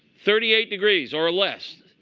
thirty eight degrees or less.